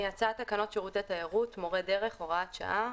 "הצעת תקנות שירותי תיירות (מורי דרך)(הוראת שעה),